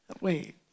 Wait